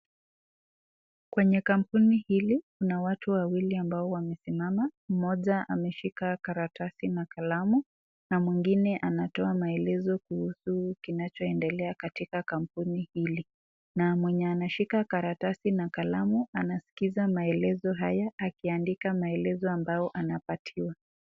Kwenye kampuni hili kuna watu wawili ambao wamesimama mmoja ameshika karatasi na kalamu na mwingine anatoa maelezo kuhusu kinachoendelea katika kampuni hili, na mwenye anashika karatasi na kalamu anasikiza maelezo haya akiandika maelezo ambayo anapatiwa.